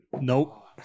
Nope